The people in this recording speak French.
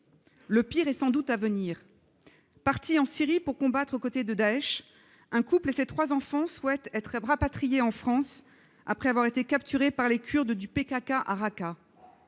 Le pire est sans doute à venir : partis en Syrie pour combattre aux côtés de Daesh, un couple et ses trois enfants souhaitent être rapatriés en France après avoir été capturés par les Kurdes du PKK à Raqqa.